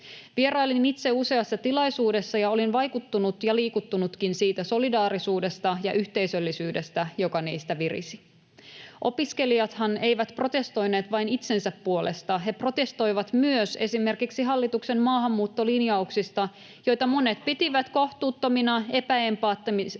Vierailin itse useassa tilaisuudessa, ja olin vaikuttunut ja liikuttunutkin siitä solidaarisuudesta ja yhteisöllisyydestä, joka niistä virisi. Opiskelijathan eivät protestoineet vain itsensä puolesta, he protestoivat myös esimerkiksi hallituksen maahanmuuttolinjauksia, [Sebastian Tynkkynen: Gazasta!] joita monet pitivät kohtuuttomina, epäempaattisina